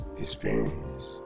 experience